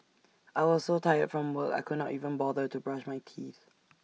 I was so tired from work I could not even bother to brush my teeth